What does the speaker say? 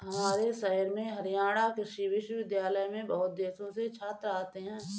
हमारे शहर में हरियाणा कृषि विश्वविद्यालय में बहुत देशों से छात्र आते हैं